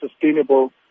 sustainable